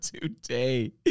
Today